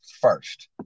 first